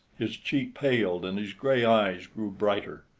his cheek paled and his gray eyes grew brighter.